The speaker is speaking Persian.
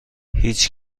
هیچ